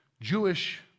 Jewish